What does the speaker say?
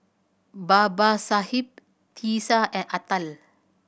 Babasaheb Teesta and Atal